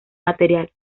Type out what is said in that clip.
material